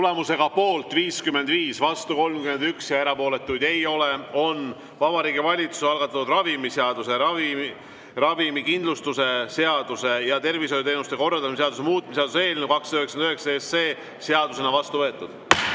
Tulemusega poolt 55, vastu 31 ja erapooletuid ei ole, on Vabariigi Valitsuse algatatud ravimiseaduse, ravikindlustuse seaduse ja tervishoiuteenuste korraldamise seaduse muutmise seaduse eelnõu 299 seadusena vastu võetud.